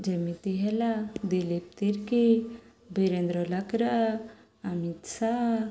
ଯେମିତି ହେଲା ଦିଲୀପ ତିର୍କୀ ବିରେନ୍ଦ୍ର ଲକରା ଆମିତ ସା